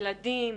ילדים,